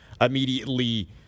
immediately